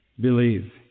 believe